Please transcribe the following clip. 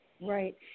Right